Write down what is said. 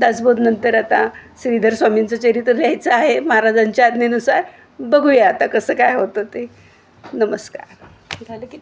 दासबोधनंतर आता श्रीधर स्वामींचं चरित्र लिहायचं आहे महाराजांच्या आज्ञेनुसार बघूया आता कसं काय होतं ते नमस्कार झाले किती